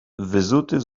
wyzuty